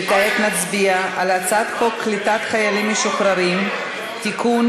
וכעת נצביע על הצעת חוק קליטת חיילים משוחררים (תיקון,